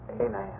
Amen